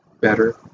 better